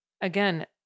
again